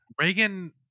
Reagan